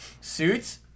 suits